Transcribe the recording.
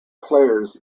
players